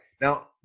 Now